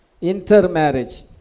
Intermarriage